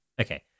okay